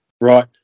Right